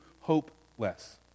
hopeless